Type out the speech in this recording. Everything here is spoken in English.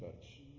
touch